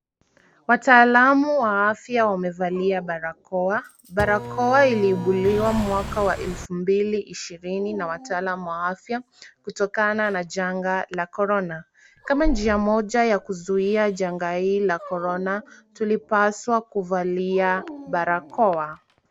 Wataalamu wa afya wamevalia barakoa. Barakoa iliibuliwa mwaka wa elfu mbili ishirini na wataalamu wa afya kutokana na janga la korona. Kama njia moja ya kuzuia janga hii la korona tulipaswa kuvalia barakoa.